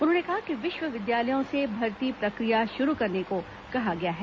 उन्होंने कहा कि विश्वविद्यालयों से भर्ती प्रक्रिया शुरू करने को कहा गया है